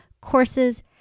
courses